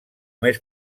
més